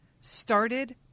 started